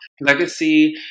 legacy